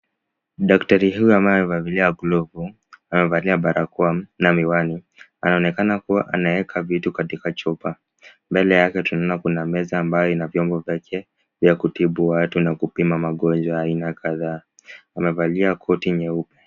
Daktari huyu ambaye amevalia glovu, amevalia barakoa na miwani, anaonekana kuwa anaweka vitu katika chupa. Mbele yake tunaona kuna meza ambayo ina vyombo vyake vya kutibu watu na kupima magonjwa aina kadhaa. Amevalia koti nyeupe.